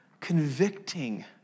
convicting